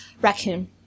raccoon